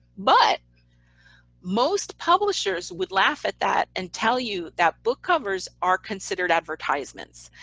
but most publishers would laugh at that and tell you that book covers are considered advertisements,